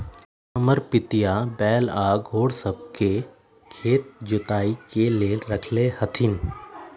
हमर पितिया बैल आऽ घोड़ सभ के खेत के जोताइ के लेल रखले हथिन्ह